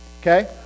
Okay